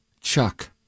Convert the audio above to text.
Chuck